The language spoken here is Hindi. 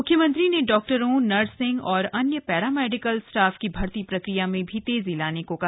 म्ख्यमंत्री ने डॉक्टरों नर्सिंग और अन्य पैरामेडिकल स्टाफ की भर्ती प्रक्रिया में भी तेजी लाने को कहा